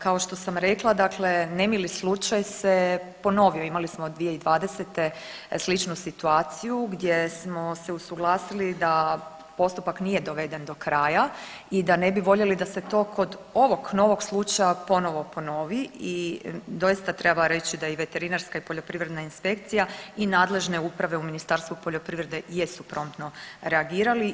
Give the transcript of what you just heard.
Kako sam rekla dakle nemili slučaj se ponovio, imali smo 2020. sličnu situaciju gdje smo se usuglasili da postupak nije doveden do kraja i da ne bi voljeli da se to kod ovog novog slučaja ponovo ponovi i doista treba reći da i veterinarska i poljoprivredna inspekcija i nadležne uprave u Ministarstvu poljoprivrede jesu promptno reagirali.